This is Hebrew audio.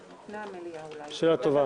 ההחלטה.